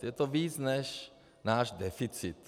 Je to více než náš deficit.